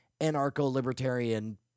anarcho-libertarian